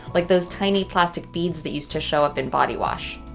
like those tiny plastic beads that used to show up in body wash.